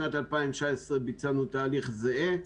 שנת 2019 ביצענו תהליך זהה,